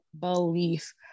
belief